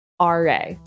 RA